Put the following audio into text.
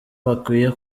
bakwiye